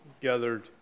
gathered